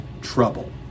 trouble